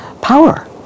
power